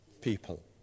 people